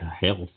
health